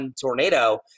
tornado